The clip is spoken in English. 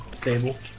table